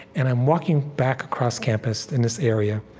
and i'm walking back across campus in this area,